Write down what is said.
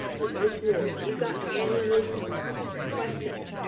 but once more if you got annual move questions,